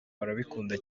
barabikunda